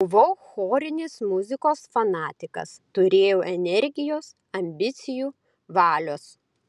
buvau chorinės muzikos fanatikas turėjau energijos ambicijų valios